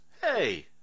hey